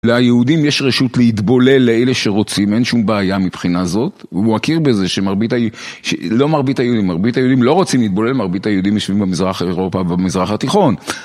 ליהודים יש רשות להתבולל לאלה שרוצים, אין שום בעיה מבחינה זאת. הוא הכיר בזה שמרבית היהודים, לא מרבית היהודים, מרבית היהודים לא רוצים להתבולל, מרבית היהודים יושבים במזרח אירופה, במזרח התיכון.